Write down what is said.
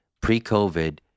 pre-COVID